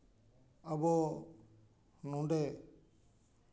ᱟᱵᱚ ᱱᱚᱰᱮ